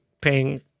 paying